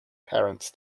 parents